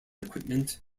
equipment